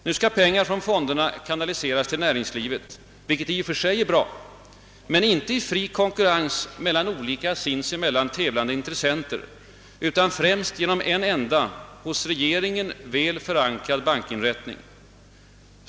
Nu skall pengar från fonderna kanaliseras till näringslivet — vilket i och för sig är bra — men inte i fri konkurrens mellan olika sinsemellan tävlande intressenter utan främst genom en enda hos regeringen väl förankrad bankinrättning.